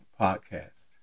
podcast